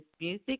Music